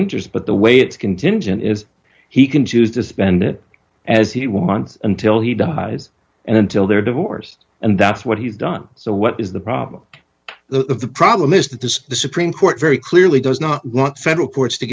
interest but the way it's contingent is he can choose to spend it as he will month until he dies and until their divorce and that's what he's done so what is the problem the problem is that the supreme court very clearly does not want federal courts to